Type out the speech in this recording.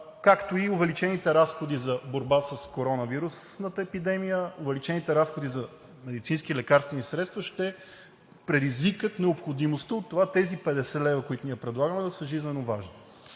както и увеличените разходи за борба с коронавирусната епидемия, увеличените разходи за медицински лекарствени средства ще предизвикат необходимостта от това тези 50 лв., които ние предлагаме, да са жизнено важни.